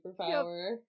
superpower